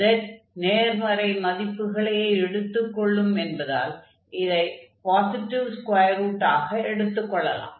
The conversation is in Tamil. z நேர்மறை மதிப்புகளையே எடுத்துக் கொள்ளும் என்பதால் அதை பாஸிடிவ் ஸ்கொயர் ரூட் ஆக எடுத்துக் கொள்ளலாம்